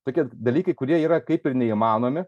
tokie dalykai kurie yra kaip ir neįmanomi